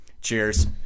Cheers